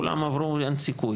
כולם אמרו אין סיכוי,